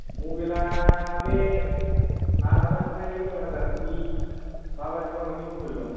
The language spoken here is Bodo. मबाइला बे आठ हाजारनिफ्राय नय हाजारसोनि माबायदि माबायदि मबाइल दं